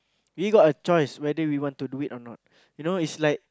we got a choice whether we want to do it or not you know it's like